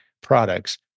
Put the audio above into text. products